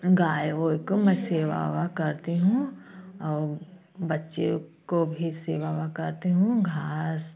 गाय ओय को मैं सेवा एवा करती हूँ और बच्चे को भी सेवा एवा करती हूँ घास